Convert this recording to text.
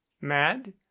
mad